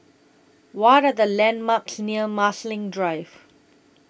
What Are The landmarks near Marsiling Drive